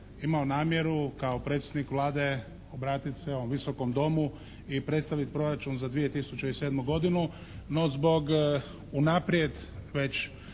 imao namjeru kao predsjednik Vlade obratiti se ovom Visokom domu i predstaviti proračun za 2007. godinu no zbog unaprijed već